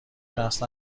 شخص